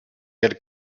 had